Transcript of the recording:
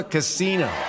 Casino